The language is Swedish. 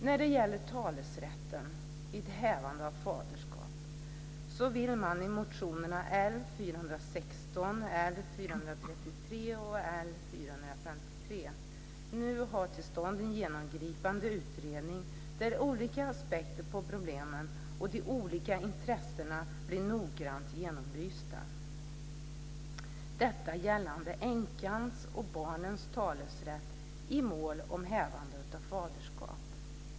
När det gäller talerätt vid hävande av faderskap så vill man i motionerna L416, L433 och L453 nu ha till stånd en genomgripande utredning där olika aspekter på problemen och de olika intressena blir noggrant genomlysta - detta gällande änkans och barnens talerätt i mål om hävande av faderskap.